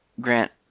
Grant